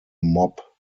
mop